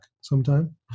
sometime